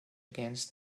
against